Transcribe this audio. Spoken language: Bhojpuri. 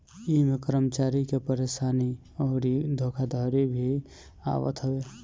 इमें कर्मचारी के परेशानी अउरी धोखाधड़ी भी आवत हवे